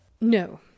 No